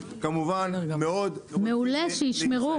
מעולה, שישמרו.